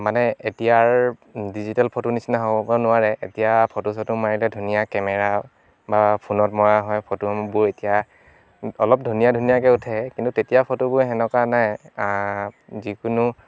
মানে এতিয়াৰ ডিজিটেল ফটোৰ নিচিনা হ'ব নোৱাৰে এতিয়া ফটো চটো মাৰিলে ধুনীয়া কেমেৰা বা ফোনত মৰা হয় ফটোবোৰ এতিয়া অলপ ধুনীয়া ধুনীয়াকে উঠে কিন্তু তেতিয়াৰ ফটোবোৰ সেনেকুৱা নাই যিকোনো